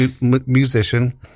musician